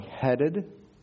headed